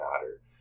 matter